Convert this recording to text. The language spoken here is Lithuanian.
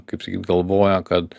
kaip sakyt galvoja kad